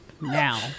now. (